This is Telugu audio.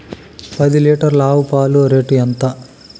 పది లీటర్ల ఆవు పాల రేటు ఎంత?